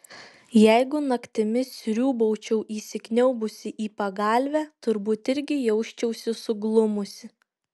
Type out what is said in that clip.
jeigu naktimis sriūbaučiau įsikniaubusi į pagalvę turbūt irgi jausčiausi suglumusi